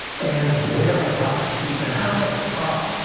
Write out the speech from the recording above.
and where i bought the seed, and how much it cost,